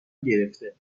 گرفته